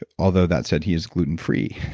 ah although, that said, he is gluten free.